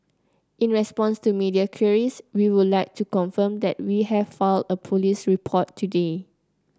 in response to media queries we would like to confirm that we have filed a police report today